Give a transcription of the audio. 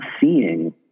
seeing